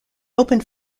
opened